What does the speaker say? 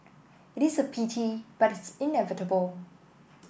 it is a pity but it's inevitable